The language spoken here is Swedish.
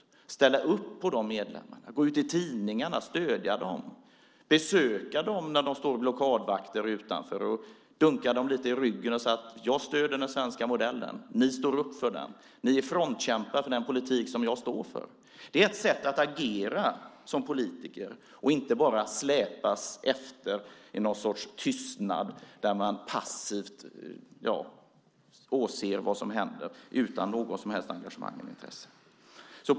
Man ska ställa upp för de medlemmarna, gå ut i tidningarna, stödja dem, besöka dem när de står som blockadvakter utanför och dunka dem lite i ryggen och säga: Jag stöder den svenska modellen. Ni står upp för den. Ni är frontkämpar för den politik som jag står för. Det är ett sätt att agera som politiker och inte bara att släpas efter i någon sorts tystnad där man passivt åser vad som händer utan något som helst engagemang eller intresse.